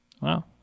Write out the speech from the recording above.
Wow